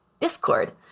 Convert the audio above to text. discord